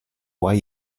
why